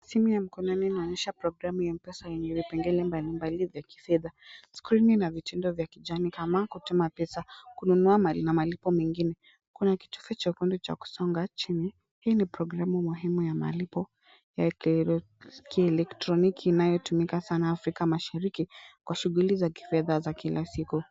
Simu ya mkononi inaonyesha programu ya M-Pesa yenye vipengele mbalimbali vya kifedha. Skrini ina vitindo vya kijani kama kutuma pesa, kununua na malipo mengine. Kuna kitufe chekundu cha kusonga chini. Hii ni programu muhimu ya malipo ya kielektroniki inayotumika sana Afrika mashariki kwa shughuli za kifedha za kila siku.